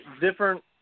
different